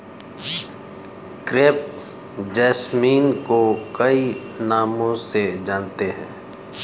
crepe jasmine को कई नामों से जानते हैं